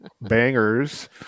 bangers